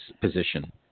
position